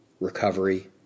recovery